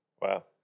Wow